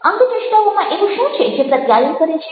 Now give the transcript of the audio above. અંગચેષ્ટાઓમાં એવું શું છે જે પ્રત્યાયન કરે છે